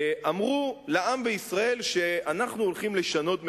אמרו לעם בישראל שאנחנו הולכים לשנות מדיניות.